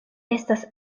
estas